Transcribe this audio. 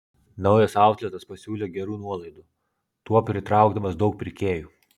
naujas autletas pasiūlė gerų nuolaidų tuo pritraukdamas daug pirkėjų